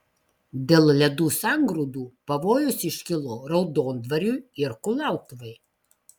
dėl ledų sangrūdų pavojus iškilo raudondvariui ir kulautuvai